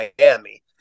Miami